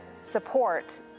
support